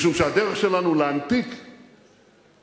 משום שהדרך שלנו להנפיק איגרות,